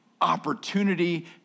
opportunity